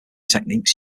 techniques